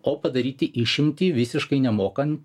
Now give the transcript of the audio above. o padaryti išimtį visiškai nemokant